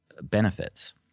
benefits